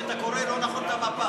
כי אתה קורא לא נכון את המפה.